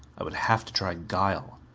i would have to try guile.